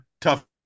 tough